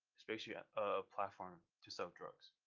it's basically a um platform to sell drugs.